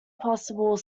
possible